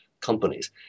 companies